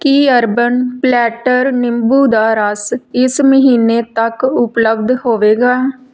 ਕੀ urban platter ਨਿੰਬੂ ਦਾ ਰਸ ਇਸ ਮਹੀਨੇ ਤੱਕ ਉਪਲਬਧ ਹੋਵੇਗਾ